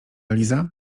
liza